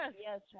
yes